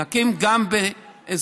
נקים גם בחיפה,